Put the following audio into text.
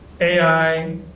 AI